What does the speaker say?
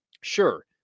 sure